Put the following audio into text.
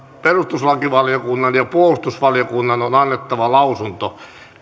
perustuslakivaliokunnan ja puolustusvaliokunnan on annettava lausunto